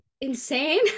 Insane